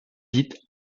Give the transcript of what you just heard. dite